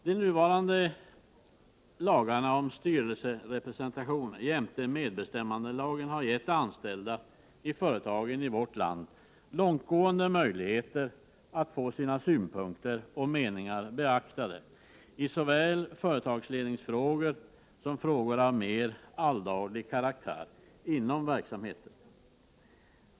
De nuvarande lagarna om styrelserepresentation jämte medbestämmandelagen har gett de anställda i företagen i vårt land långtgående möjligheter att få sina synpunkter och meningar beaktade i såväl företagsledningsfrågor som frågor av mer alldaglig karaktär inom verksamheten.